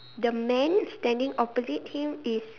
the man standing opposite him is